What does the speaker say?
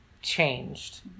changed